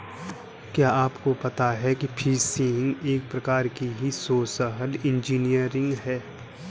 क्या आपको पता है फ़िशिंग एक प्रकार की सोशल इंजीनियरिंग है?